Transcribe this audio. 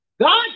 God